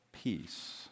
peace